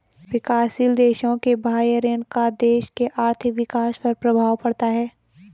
विकासशील देशों के बाह्य ऋण का देश के आर्थिक विकास पर प्रभाव पड़ता है